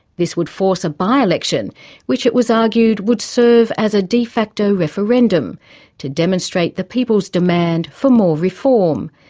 this would force a by-election which it was argued would serve as a de facto referendum to demonstrate the people's demand for more reform.